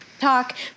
talk